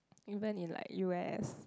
even in like U_S